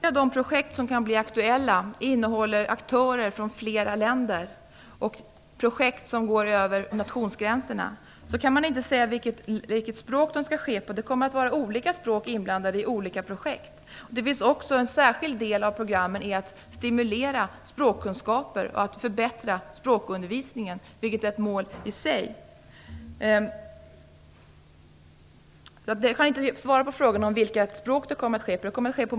Herr talman! Eftersom samtliga de projekt som kan bli aktuella går över nationsgränserna och innefattar aktörer från flera länder, kan man inte säga vilket språk som kommer att användas. Olika språk kommer att vara inblandade i olika projekt. En särskild del av programmen syftar till att stimulera språkkunskaper och förbättra språkundervisningen, vilket är ett mål i sig. Jag kan därför inte svara på frågan om vilket språk som kommer att användas.